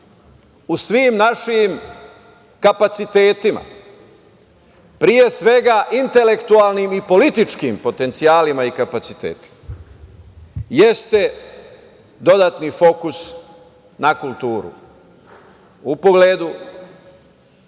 u svim našim kapacitetima, pre svega, intelektualnim i političkim potencijalima i kapacitetima, jeste dodatni fokus na kulturu u pogledu